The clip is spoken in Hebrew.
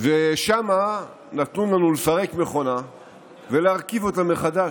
ושם נתנו לנו לפרק מכונה ולהרכיב אותה מחדש,